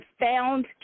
found